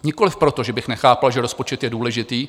Nikoliv proto, že bych nechápal, že rozpočet je důležitý.